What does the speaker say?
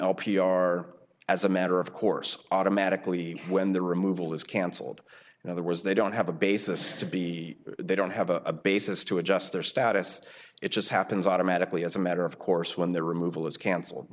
l p r as a matter of course automatically when the removal is cancelled in other words they don't have a basis to be they don't have a basis to adjust their status it just happens automatically as a matter of course when their removal is cancelled